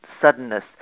suddenness